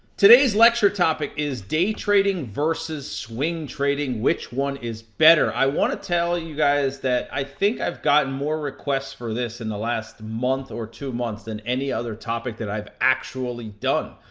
today's lecture topic is, day trading versus swing trading, which one is better? i wanna tell you guys that i think i've gotten more requests for this in the last month or two months than any other topic that i've actually done.